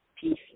peace